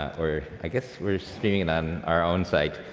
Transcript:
or, i guess we're streaming it on our own site.